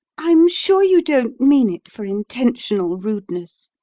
i'm sure you don't mean it for intentional rudeness,